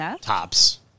tops